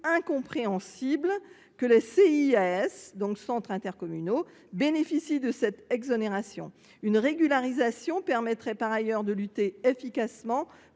incompréhensible que les CIAS bénéficient de cette exonération. Une régularisation permettrait par ailleurs de lutter efficacement